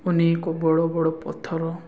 ଅନେକ ବଡ଼ ବଡ଼ ପଥର